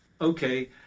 okay